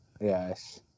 Yes